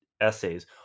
essays